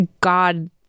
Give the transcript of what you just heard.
god